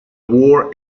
war